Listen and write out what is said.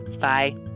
Bye